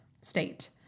state